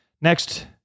next